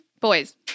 boys